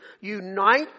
Unite